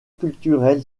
culturel